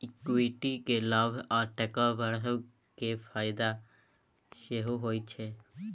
equity केँ लाभ आ टका बढ़ब केर फाएदा सेहो होइ छै